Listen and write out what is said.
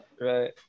right